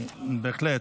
בהחלט.